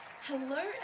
hello